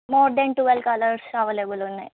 more than twelve colours available ఉన్నాయి